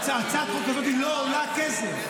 הצעת החוק הזאת לא עולה כסף.